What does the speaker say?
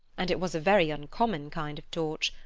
and it was a very uncommon kind of torch,